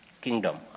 kingdom